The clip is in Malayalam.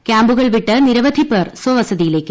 ക്യാമ്പുകൾ വിട്ട് നിരവധി പേർ സ്വസതിയിലേക്ക്